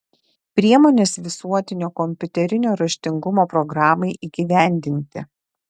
priemonės visuotinio kompiuterinio raštingumo programai įgyvendinti